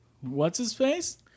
What's-his-face